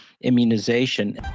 immunization